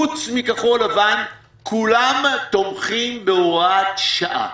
חוץ מכחול לבן כולם תומכים בהוראת שעה.